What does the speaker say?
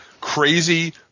crazy